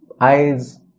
eyes